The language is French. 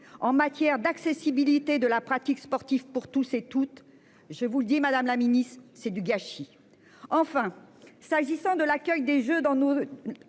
matière d'accessibilité de la pratique sportive pour tous et toutes. Je vous le dis, Madame la Ministre c'est du gâchis. Enfin, s'agissant de l'accueil des Jeux dans